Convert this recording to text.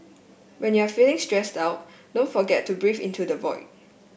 when you are feeling stressed out don't forget to breathe into the void